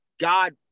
God